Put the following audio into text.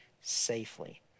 safely